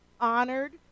honored